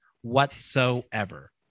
whatsoever